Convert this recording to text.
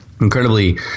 Incredibly